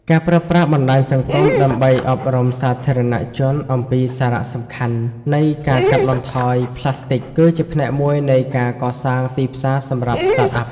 ការប្រើប្រាស់បណ្ដាញសង្គមដើម្បីអប់រំសាធារណជនអំពីសារៈសំខាន់នៃការកាត់បន្ថយប្លាស្ទិក គឺជាផ្នែកមួយនៃការកសាងទីផ្សារសម្រាប់ Startup។